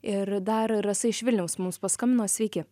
ir dar rasa iš vilniaus mums paskambino sveiki